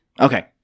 Okay